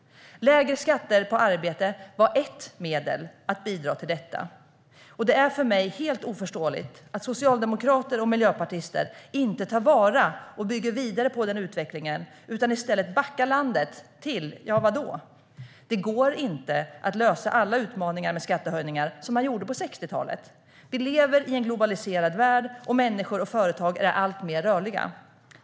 Lägre skatter på arbete var ett medel att bidra till detta. Det är för mig helt oförståeligt att socialdemokrater och miljöpartister inte tar vara på och bygger vidare på den utvecklingen utan i stället backar landet till - ja, vadå? Det går inte att lösa alla utmaningar med skattehöjningar, som man gjorde på 60-talet. Vi lever i en globaliserad värld, och människor och företag är alltmer rörliga.